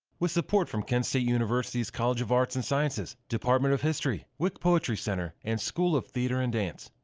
with support from kent state university's college of arts and sciences, department of history, wick poetry center and school of theatre and dance.